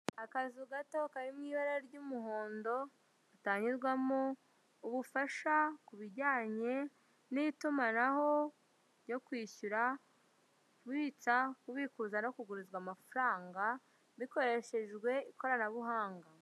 Akazu gato karimo ibara ry'umuhondo gatangirwamo ubufasha ku bijyanye n'itumanaho ryo kwishyura, kubitsa, kubikuza no kugurizwa amafaranga bikoreshejwe ikoranabuhanga.